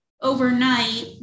overnight